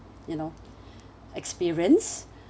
you know experience